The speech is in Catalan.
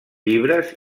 llibres